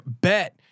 Bet